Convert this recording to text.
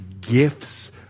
gifts